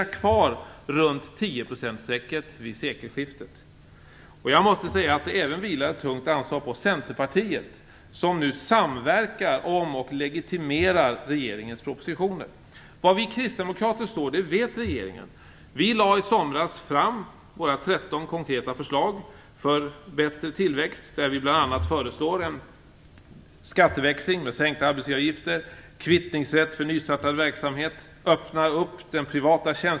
Jag måste också säga att det även vilar ett tungt ansvar på Centerpartiet, som nu samverkar om och legitimerar regeringens propositioner. Var vi kristdemokrater står vet regeringen.